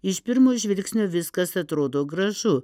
iš pirmo žvilgsnio viskas atrodo gražu